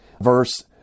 verse